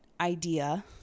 idea